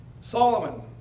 Solomon